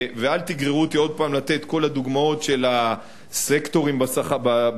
ואל תגררו אותי עוד פעם לתת את כל הדוגמאות של הסקטורים הציבוריים,